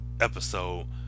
episode